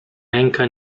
ręka